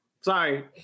Sorry